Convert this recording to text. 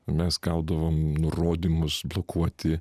mes gaudavom nurodymus blokuoti